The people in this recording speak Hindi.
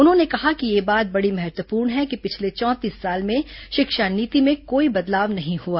उन्होंने कहा कि यह बात बड़ों महत्वपूर्ण है कि पिछले चौतीस साल में शिक्षा नीति में कोई बदलाव नहीं हुआ